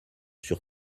sur